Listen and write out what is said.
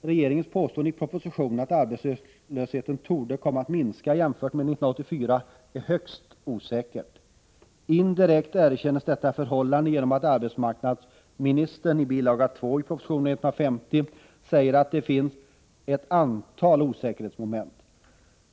Regeringens påstående i propositionen att arbetslösheten torde komma att minska jämfört med 1984 är högst osäkert. Indirekt erkänns detta förhållande genom att arbetsmarknadsministern i bil. 2 till proposition 150 säger att det finns ”ett antal osäkerhetsmoment”.